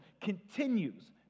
continues